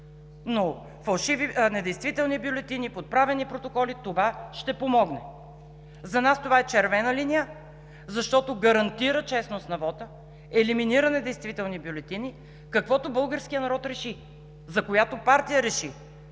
при фалшиви, недействителни бюлетини, подправени протоколи – това ще помогне. За нас това е червена линия, защото гарантира честност на вота, елиминира недействителните бюлетини – каквото българският народ реши, за която партия реши,